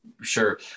sure